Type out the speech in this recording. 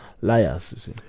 liars